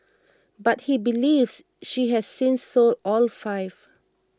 but he believes she has since sold all five